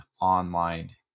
online